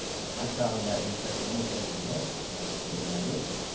i travel that intersection almost every day, and i see it and i live it,